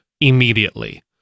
immediately